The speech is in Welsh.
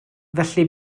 felly